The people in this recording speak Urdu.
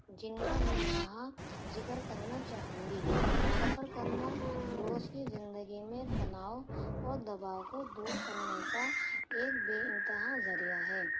جن کا میں یہاں ذکر کرنا چاہوں گی سفر کرنا روز کی زندگی میں تناؤ اور دباؤ کو دور کرنے کا ایک بے انتہا ذریعہ ہے